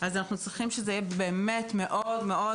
אנחנו צריכים שזה יהיה ברור מאוד-מאוד